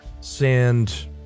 Sand